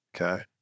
Okay